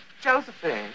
Josephine